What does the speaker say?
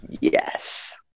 Yes